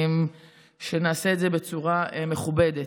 שנעשה את זה בצורה מכובדת.